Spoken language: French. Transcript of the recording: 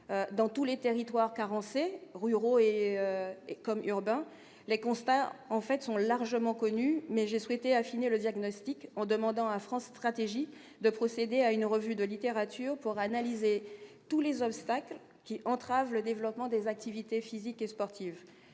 dans tous les territoires carencé ruraux et comme urbain les constats en fait sont largement connues mais j'ai souhaité affiner le diagnostic en demandant à France Stratégie de procéder à une revue de littérature pour analyser tous les obstacles qui entravent le développement des activités physiques et sportives,